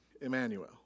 Emmanuel